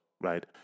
right